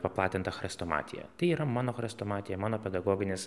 paplatintą chrestomatiją tai yra mano chrestomatija mano pedagoginis